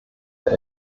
der